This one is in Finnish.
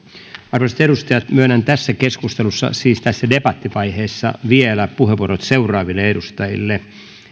arvoisat edustajat myönnän tässä keskustelussa siis tässä debattivaiheessa vielä puheenvuorot seuraaville edustajille